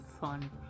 Fun